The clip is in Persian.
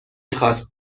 خواست